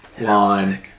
line